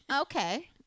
okay